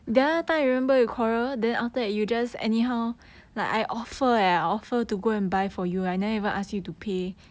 come come